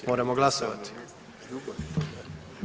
Moramo glasovati.